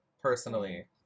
personally